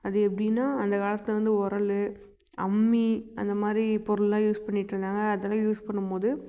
அது எப்படின்னா அந்த காலத்தில் வந்து உரலு அம்மி அந்த மாதிரி பொருள்லாம் யூஸ் பண்ணிட்டுருந்தாங்க அதலாம் யூஸ் பண்ணும்போது